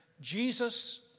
Jesus